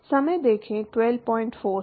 कौन सा